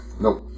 Nope